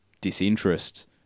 Disinterest